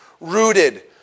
rooted